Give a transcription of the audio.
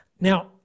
Now